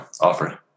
offer